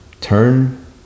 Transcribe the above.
Turn